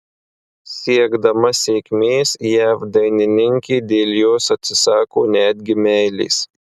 siekdama sėkmės jav dainininkė dėl jos atsisako netgi meilės